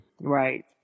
Right